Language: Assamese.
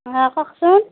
অঁ কওকচোন